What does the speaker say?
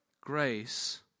grace